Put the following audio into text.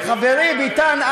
חברי ביטן,